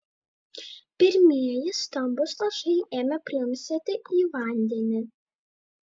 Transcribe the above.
pirmieji stambūs lašai ėmė pliumpsėti į vandenį